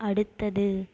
அடுத்தது